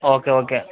okay okay